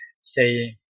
say